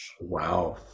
Wow